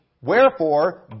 wherefore